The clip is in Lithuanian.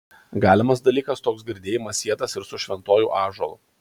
galimas dalykas toks girdėjimas sietas ir su šventuoju ąžuolu